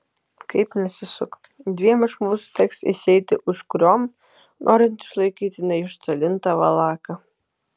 kaip nesisuk dviem iš mūsų teks išeiti užkuriom norint išlaikyti neišdalintą valaką